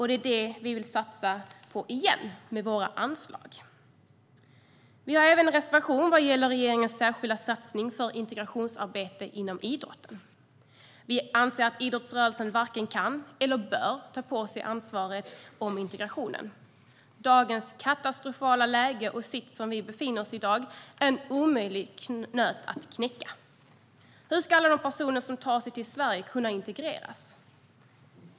Det är detta vi vill satsa på igen med våra anslag. Vi har även en reservation vad gäller regeringens särskilda satsning på integrationsarbete inom idrotten. Vi anser att idrottsrörelsen varken kan eller bör ta på sig ansvaret för integrationen. Dagens katastrofala läge och sits som vi befinner oss i är en omöjlig nöt att knäcka. Hur ska alla de personer som tar sig till Sverige kunna integreras?